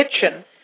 kitchen